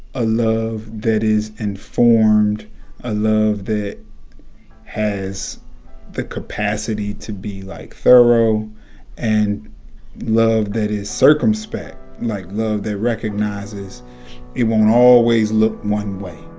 a love that is informed a love has the capacity to be, like, thorough and love that is circumspect like, love that recognizes it won't always look one way